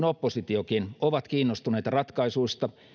oppositiokin ovat kiinnostuneita ratkaisuista